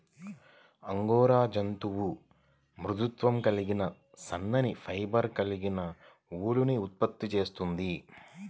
angora జంతువు మృదుత్వం కలిగిన సన్నని ఫైబర్లు కలిగిన ఊలుని ఉత్పత్తి చేస్తుంది